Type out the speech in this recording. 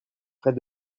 près